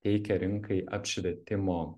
teikia rinkai apšvietimo